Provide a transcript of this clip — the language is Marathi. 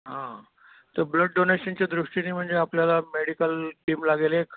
हां तर ब्लड डोनेशनच्या दृष्टीने म्हणजे आपल्याला मेडिकल टीम लागेल एक